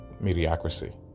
mediocrity